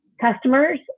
customers